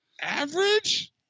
Average